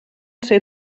ser